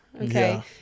Okay